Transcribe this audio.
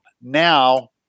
Now